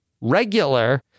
regular